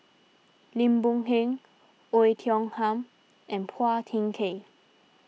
Lim Boon Heng Oei Tiong Ham and Phua Thin Kiay